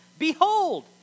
Behold